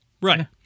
Right